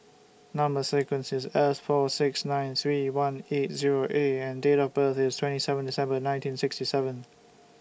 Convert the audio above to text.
Number sequence IS S four six nine three one eight Zero A and Date of birth IS twenty seven December nineteen sixty seven